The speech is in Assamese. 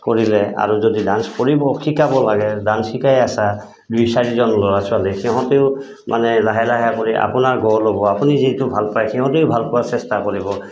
কৰিলে আৰু যদি ডান্স কৰিব শিকাব লাগে ডান্স শিকাই আছা দুই চাৰিজন ল'ৰা ছোৱালী সিহঁতেও মানে লাহে লাহে কৰি আপোনাৰ গঢ় ল'ব আপুনি যিটো ভাল পায় সিহঁতেও ভাল পোৱাৰ চেষ্টা কৰিব